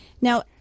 Now